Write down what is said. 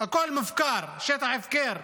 הכול מופקר, שטח הפקר.